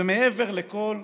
ומעבר לכול,